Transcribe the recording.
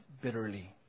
bitterly